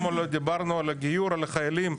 גם דיברנו על הגיור על החיילים.